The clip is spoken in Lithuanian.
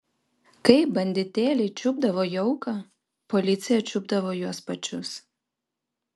kai banditėliai čiupdavo jauką policija čiupdavo juos pačius